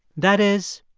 that is,